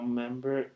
member